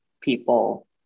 people